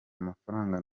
amafaranga